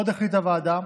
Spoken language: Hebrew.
עוד החליטה הוועדה